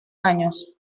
años